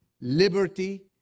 liberty